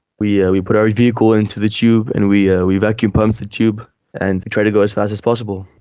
we yeah we put our vehicle into the tube and we ah we vacuum pumped the tube and tried to go as fast as as possible.